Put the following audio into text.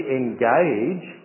engage